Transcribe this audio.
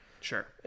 Sure